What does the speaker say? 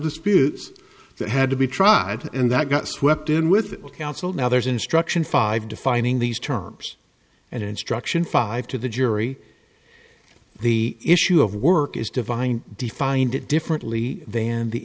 disputes that had to be tried and that got swept in with counsel now there's instruction five defining these terms and instruction five to the jury the issue of work is defined defined it differently than the